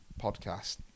podcast